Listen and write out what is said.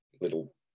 little